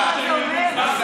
אנחנו מקשיבים רק לשרה.